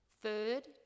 third